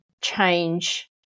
change